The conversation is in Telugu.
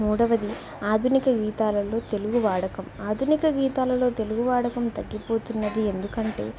మూడవది ఆధునిక గీతాలలో తెలుగు వాడకం ఆధునిక గీతాలలో తెలుగు వాడకం తగ్గిపోతుంది ఎందుకంటే